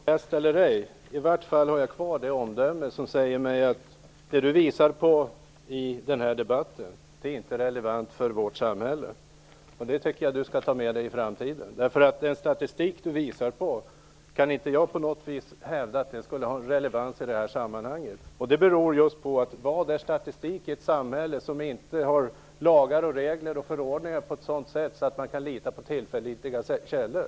Herr talman! Påläst eller ej, i vart fall har jag kvar det omdöme som säger mig att det Gudrun Lindvall visar i den här debatten inte är relevant för vårt samhälle. Det tycker jag att hon skall ta med sig i framtiden. Den statistik Gudrun Lindvall visar på kan inte jag på något vis hävda skulle ha någon relevans i det här sammanhanget. Vad är statistik i ett samhälle som inte har lagar, regler och förordningar på ett sådant sätt att man kan veta att det är tillförlitliga källor?